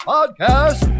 Podcast